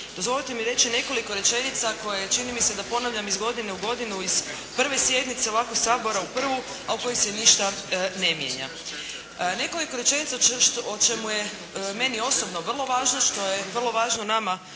dozvolite mi reći nekoliko rečenica koje čini mi se da ponavljam iz godine u godinu iz prve sjednice, ovako Sabora u prvu, a u kojoj se ništa ne mijenja. Nekoliko rečenica o čemu je meni osobno vrlo važno, što je vrlo važno nama